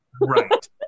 Right